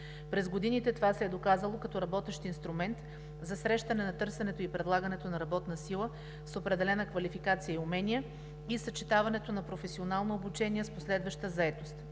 През годините това се е доказало като работещ инструмент за срещане на търсенето и предлагането на работна сила с определена квалификация и умения и съчетаването на професионално обучение с последваща заетост.